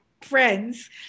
friends